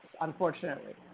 unfortunately